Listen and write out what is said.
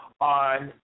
on